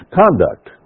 conduct